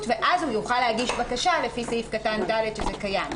ואז הוא יוכל להגיש בקשה לפי סעיף קטן (ד) שזה קיים.